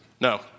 no